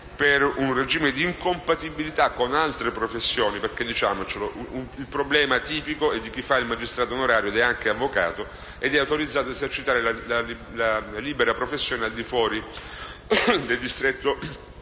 per un regime di incompatibilità con altre professioni. Infatti, il problema tipico - diciamocelo - è quello di chi fa il magistrato onorario ed è anche avvocato ed è autorizzato a esercitare la libera professione al di fuori del distretto